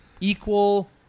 equal